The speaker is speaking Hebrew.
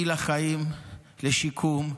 מי לחיים, לשיקום,